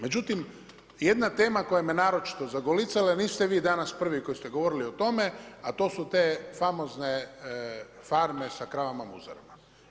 Međutim, jedna tema koja me naročito zagolicala, jer niste vi danas prvi koji ste govorili o tome, a to su te famozne farme sa kravama muzarama.